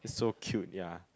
so cute ya